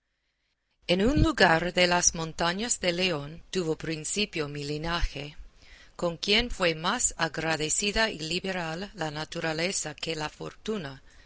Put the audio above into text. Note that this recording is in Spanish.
en un lugar de las montañas de león tuvo principio mi linaje con quien fue más agradecida y liberal la naturaleza que la fortuna